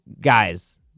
guys